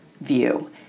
view